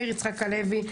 מאיר יצחק הלוי,